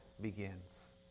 begins